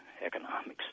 economics